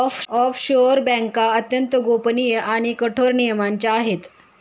offshore बँका अत्यंत गोपनीय आणि कठोर नियमांच्या आहे